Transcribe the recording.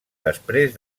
després